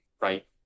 right